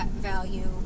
value